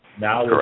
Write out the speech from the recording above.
Now